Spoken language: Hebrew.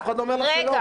אף אחד לא אומר לך שלא.